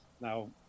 now